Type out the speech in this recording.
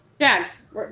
Jags